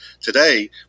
today